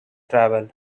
travel